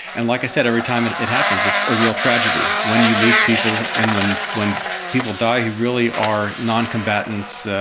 and, like i said, every time it it happens it's a real tragedy. when you lose people and when when people die who really are non-combatants,